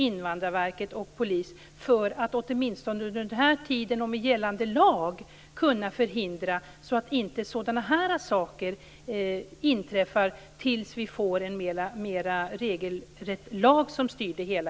Invandrarverket och polisen för att under den här tiden, med gällande lag, kunna förhindra att sådana här saker inträffar fram till dess att vi får en regelrätt lag som styr det hela?